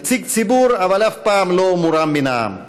נציג ציבור אבל אף פעם לא מורם מן העם.